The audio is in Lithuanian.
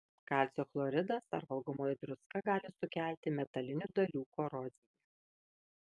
kalcio chloridas ar valgomoji druska gali sukelti metalinių dalių koroziją